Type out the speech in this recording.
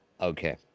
Okay